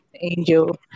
angel